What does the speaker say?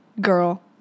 girl